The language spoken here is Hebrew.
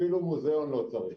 אפילו מוזיאון לא צריך.